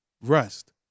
rust